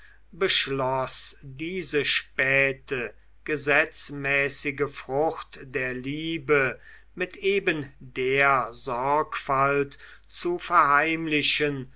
beschloß diese späte gesetzmäßige frucht der liebe mit eben der sorgfalt zu verheimlichen